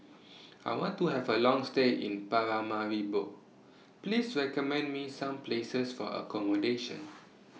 I want to Have A Long stay in Paramaribo Please recommend Me Some Places For accommodation